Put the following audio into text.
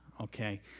okay